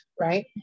Right